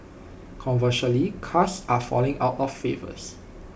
conversely cars are falling out of favours